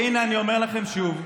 ואיתי אתם לא יכולים לשחק את המשחקים.